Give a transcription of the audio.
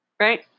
Right